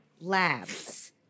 Labs